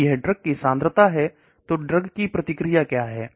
यदि यह ड्रग की सांद्रता है तो ड्रग की प्रतिक्रिया क्या है